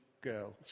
girls